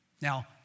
Now